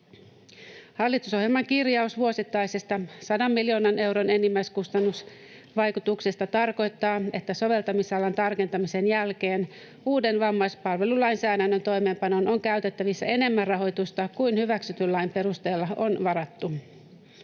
Hallitusohjelman kirjaus vuosittaisesta 100 miljoonan euron enimmäiskustannusvaikutuksesta tarkoittaa, että soveltamisalan tarkentamisen jälkeen uuden vammaispalvelulainsäädännön toimeenpanoon on käytettävissä enemmän rahoitusta kuin hyväksytyn lain perusteella on varattu.